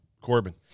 Corbin